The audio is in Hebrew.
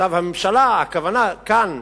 הכוונה כאן,